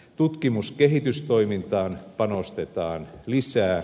tutkimus ja kehitystoimintaan panostetaan lisää